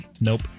Nope